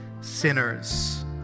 sinners